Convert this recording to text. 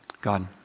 God